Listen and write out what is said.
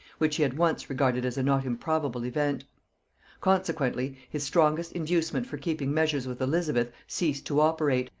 which he had once regarded as a not improbable event consequently his strongest inducement for keeping measures with elizabeth ceased to operate,